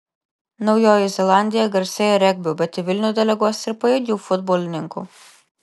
naujoji zelandija garsėja regbiu bet į vilnių deleguos ir pajėgių futbolininkų